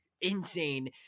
insane